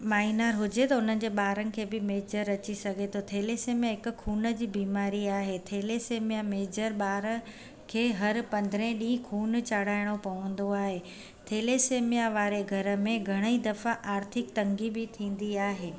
minor हुजे त उन्हनि जे ॿारनि खे बि मेजर अची सघे थो थेलेसेमिया हिक खून जी बीमारी आहे थेलेसेमिया मेजर ॿारु हर पंद्रहें ॾींहुं खून चड़ाइणो पवंदो आहे थेलेसेमिया वारे घर में घणा ई दफ़ा आर्थिक तंगी बि थींदी आहे